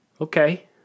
Okay